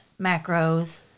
macros